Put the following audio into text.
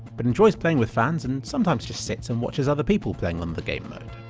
but enjoys playing with fans and sometimes just sits and watches other people playing on the gamemode.